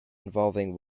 involving